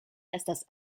estas